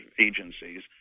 agencies